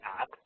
app